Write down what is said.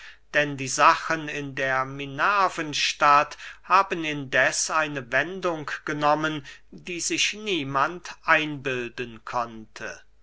denn die sachen in der minervenstadt haben indeß eine wendung genommen die sich niemand einbilden konnte